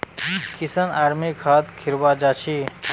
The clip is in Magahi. किशन आर मी खाद खरीवा जा छी